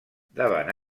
davant